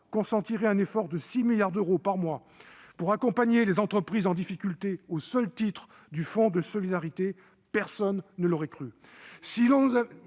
consentirait un effort de 6 milliards d'euros par mois pour accompagner les entreprises en difficulté au seul titre du fonds de solidarité, personne ne l'aurait cru.